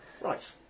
Right